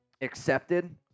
Accepted